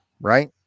right